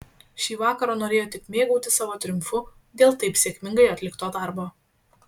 šį vakarą norėjo tik mėgautis savo triumfu dėl taip sėkmingai atlikto darbo